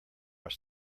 are